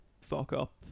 fuck-up